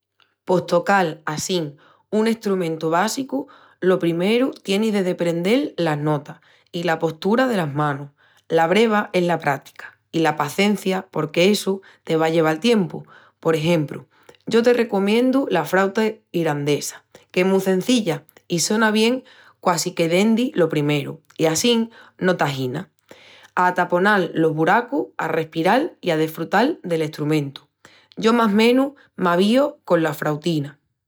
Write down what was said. Pos tocal assín un estrumentu básicu, lo primeru tienis de deprendel las notas i la postura delas manus. La breva es la prática i la pacencia porque essu te va a lleval tiempu. Por exempru, yo te recomiendu la frauta irandesa, qu'es mu cenzilla i sona bien quasi que dendi lo primeru i assín no t'aginas. A ataponal los buracus, a respiral i a desfrutal del estrumentu. Yo más menus m'avíu cola frautina.